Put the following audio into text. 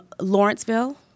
Lawrenceville